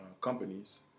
companies